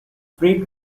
freight